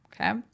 Okay